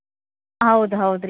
ಹಾಂ ಹಾಂ ಸರಿ ಸರಿ